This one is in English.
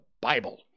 Bible